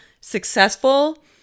successful